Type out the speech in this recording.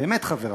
באמת חברַי,